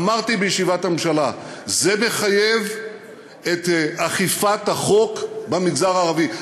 אמרתי בישיבת הממשלה: זה מחייב את אכיפת החוק במגזר הערבי.